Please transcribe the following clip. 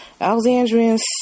Alexandrians